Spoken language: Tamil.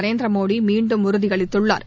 நரேந்திரமோடி மீண்டும் உறுதி அளித்துள்ளாா்